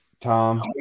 Tom